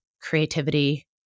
creativity